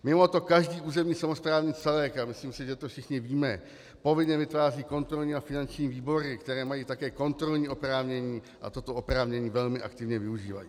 Mimoto každý územní samosprávný celek, a myslím si, že to všichni víme, povinně vytváří kontrolní a finanční výbory, které mají také kontrolní oprávnění a toto oprávnění velmi aktivně využívají.